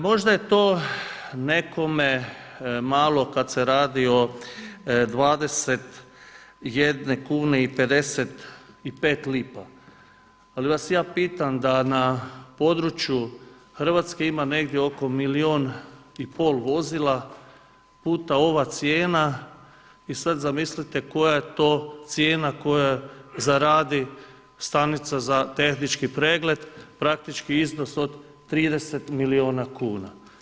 Možda je to nekome malo kad se radi o 21 kune i 55 lipa, ali vas ja pitam da na području Hrvatske ima oko milijun i pol vozila puta ova cijena, i sad zamislite koja je to cijena koju zaradi stanica za tehnički pregled, praktički iznos od 30 milijuna kuna.